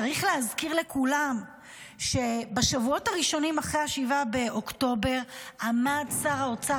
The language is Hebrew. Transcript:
צריך להזכיר לכולם שבשבועות הראשונים אחרי 7 באוקטובר עמד שר האוצר,